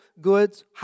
goods